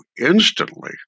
instantly